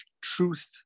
truth